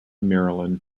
maryland